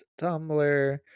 Tumblr